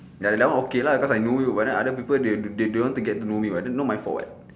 ya that one okay lah cause I know you but then other people they they don't want to get to know me [what] not my fault [what]